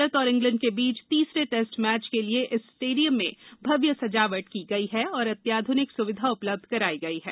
भारत और इंग्लैंड के बीच तीसरे टैस्ट मैच के लिए इस स्टेडियम में भव्य सजावट की गई है और अत्याधुनिक सुविधा उपलब्ध कराई गई है